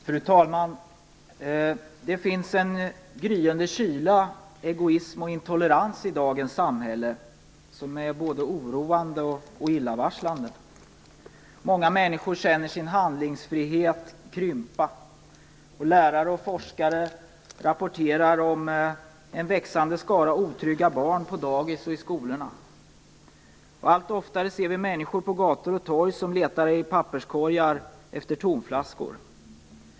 Fru talman! Det finns en gryende kyla, egoism och intolerans i dagens samhälle som är både oroande och illavarslande. Många människor känner sin handlingsfrihet krympa. Lärare och forskare rapporterar om en växande skara otrygga barn på dagis och i skolorna. Allt oftare ser vi människor på gator och torg som letar i papperskorgar efter tomflaskor.